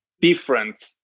different